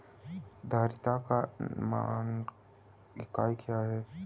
धारिता का मानक इकाई क्या है?